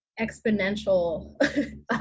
exponential